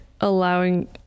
allowing